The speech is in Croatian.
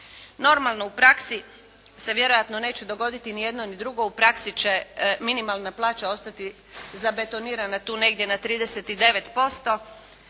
Normalno, u praksi se vjerojatno neće dogoditi ni jedno ni drugo, u praksi će minimalna plaća ostati zabetonirana tu negdje na 39%.